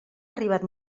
arribat